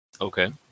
Okay